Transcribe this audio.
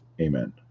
Amen